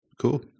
Cool